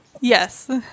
Yes